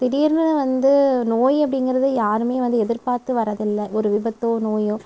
திடீர்னு வந்து நோய் அப்படிங்கிறது யாருமே வந்து எதிர்பார்த்து வர்றதில்லை ஒரு விபத்தோ நோயோ